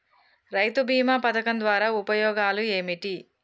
రైతు బీమా పథకం ద్వారా ఉపయోగాలు ఏమిటి?